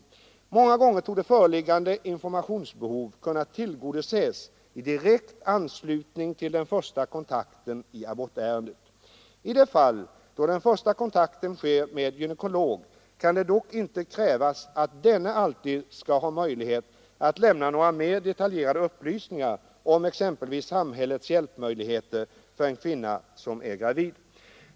Många gånger torde föreliggande informationsbehov kunna tillgodoses i direkt anslutning till den första kontakten i abortärendet. I det fall då den första kontakten sker med gynekolog kan det dock inte krävas att denne alltid skall ha möjlighet att lämna några mer detaljerade upplysningar om exempelvis samhällets hjälpmöjligheter för en kvinna som är gravid.